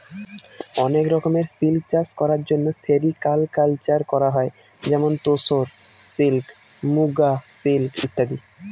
অনেক রকমের সিল্ক চাষ করার জন্য সেরিকালকালচার করা হয় যেমন তোসর সিল্ক, মুগা সিল্ক ইত্যাদি